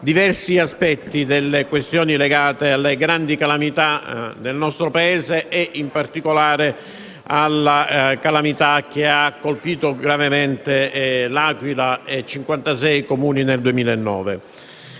diversi aspetti delle questioni legate alle grandi calamità del nostro Paese e, in particolare, alla calamità che ha colpito gravemente L'Aquila e altri 56 Comuni nel 2009.